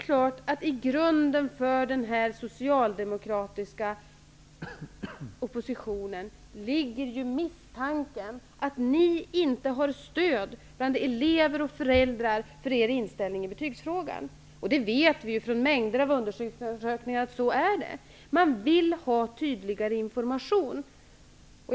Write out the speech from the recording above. I grunden för den socialdemokratiska oppositionen ligger misstanken att ni inte har stöd bland elever och föräldrar för er inställning i betygsfrågan. Vi vet från mängder av undersökningar att det är så. Man vill ha tydligare information.